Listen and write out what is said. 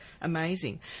amazing